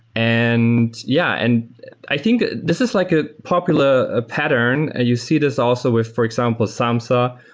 and yeah. and i think this is like a popular ah pattern. ah you see this also with, for example, samza,